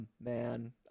man